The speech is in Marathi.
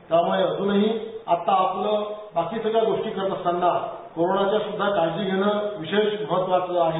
त्यामूळे अजूनही आता आपलं बाकी सगळ्या गोष्टी करत असतांना कोरोनाची सुद्धा काळजी घेणं अतिशय महत्वाचं आहे